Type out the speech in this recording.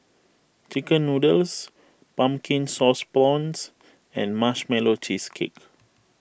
Chicken Noodles Pumpkin Sauce Prawns and Marshmallow Cheesecake